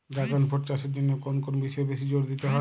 Dragon fruit চাষের জন্য কোন কোন বিষয়ে বেশি জোর দিতে হয়?